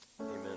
Amen